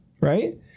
Right